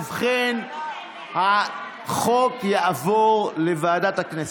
ובכן, החוק יעבור לוועדת הכנסת.